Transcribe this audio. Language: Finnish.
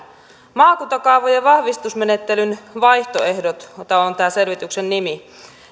maakuntakaavojen vahvistusmenettelyn vaihtoehdot tämä on tämän selvityksen nimi